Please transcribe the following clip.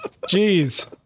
Jeez